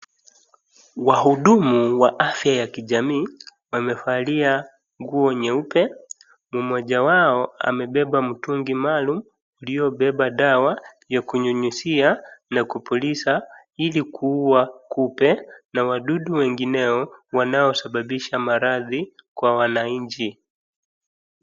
Wahudumu wa afya ya kijamii wamevalia nguo nyeupe na mmoja wao amebeba mtungi maalum uliobeba dawa ya kunyunyizia na kupulizia ili kuua kupe na wadudu wengineo wanaosababisha maradhi kwa wananchi.